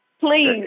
Please